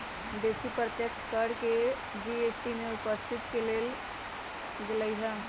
बेशी अप्रत्यक्ष कर के जी.एस.टी में उपस्थित क लेल गेलइ ह्